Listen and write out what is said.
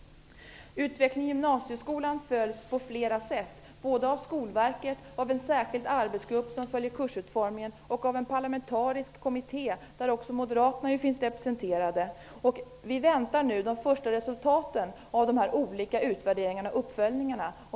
Utvecklingen inom gymnasieskolan följs på flera sätt av Skolverket, av en särskild arbetsgrupp som följer kursutformningen och av en parlamentarisk kommitté där också Moderaterna finns representerade. Vi väntar nu de första resultaten av de här olika utvärderingarna och uppföljningarna.